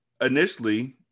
initially